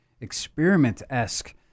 experiment-esque